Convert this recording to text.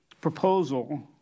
proposal